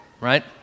right